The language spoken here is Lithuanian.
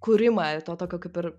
kūrimą to tokio kaip ir